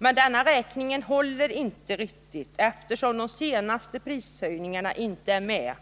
Men denna beräkning håller inte riktigt, eftersom de senaste prishöjningarna inte är med.